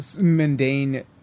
mundane